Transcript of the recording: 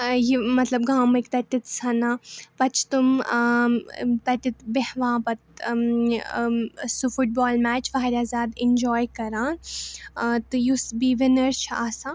یہِ مطلب گامٕکۍ تَتٮ۪تھ سَمان پَتہٕ چھِ تِم تَتٮ۪تھ بیٚہوان پَتہٕ سُہ فُٹ بال میچ واریاہ زیادٕ اِنجاے کَران تہٕ یُس بیٚیہِ وِنٔر چھِ آسان